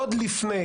עוד לפני